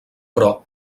però